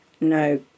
no